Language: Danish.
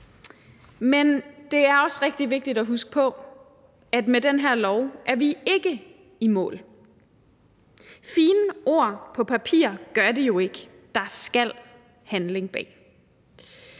Men det er også rigtig vigtigt at huske på, at med den her lov er vi ikke i mål. Fine ord på papir gør det jo ikke – der skal handling bag.